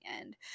end